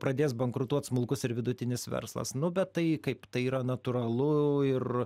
pradės bankrutuot smulkus ir vidutinis verslas nu bet tai kaip tai yra natūralu ir